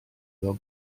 fel